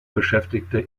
beschäftigte